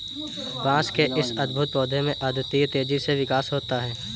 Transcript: बांस के इस अद्भुत पौधे में अद्वितीय तेजी से विकास होता है